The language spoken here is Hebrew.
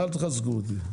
אל תחקו אותי,